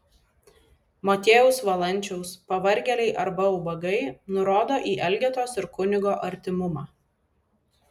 motiejaus valančiaus pavargėliai arba ubagai nurodo į elgetos ir kunigo artimumą